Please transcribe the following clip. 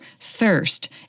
thirst